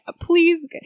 please